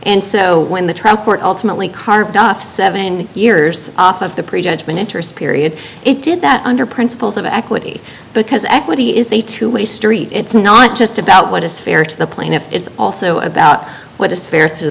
and so when the trial court ultimately carved duff seven years off of the pre judgment interest period it did that under principles of equity because equity is a two way street it's not just about what is fair to the plaintiff it's also about what is fair t